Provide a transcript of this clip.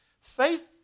Faith